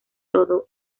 todo